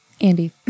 Andy